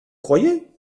croyez